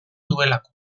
duelako